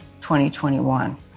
2021